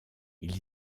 ils